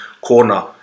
corner